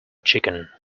chicken